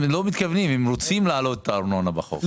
הם לא מתכוונים; הם רוצים להעלות את הארנונה בחוק.